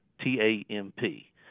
T-A-M-P